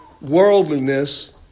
worldliness